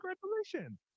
Congratulations